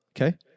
Okay